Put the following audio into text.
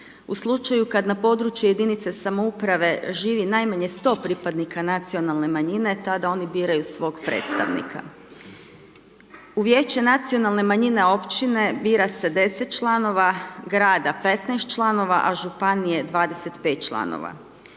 U slučaju kad na području jedinice samouprave živi najmanje 100 pripadnika nacionalne manjine tada oni biraju svog predstavnika. U vijeće nacionalne manjine općine bira se 10 članova, grada 15 članova a županije 25 članova.